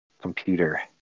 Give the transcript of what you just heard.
computer